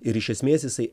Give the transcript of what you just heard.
ir iš esmės jisai